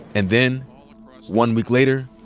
and then one week later.